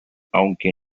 aunque